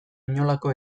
inolako